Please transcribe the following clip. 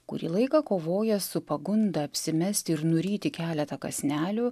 kurį laiką kovoja su pagunda apsimesti ir nuryti keletą kąsnelių